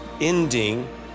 ending